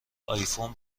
آیفون